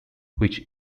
which